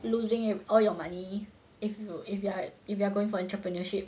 losing e~ all your money if you if you if you are going for entrepreneurship